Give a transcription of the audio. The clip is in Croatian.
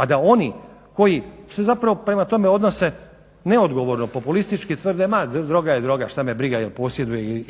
a da oni koji se zapravo prema tome odnose neodgovorno i populistički tvrde ma droga je droga, što me briga jel posjeduje